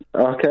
Okay